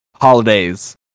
holidays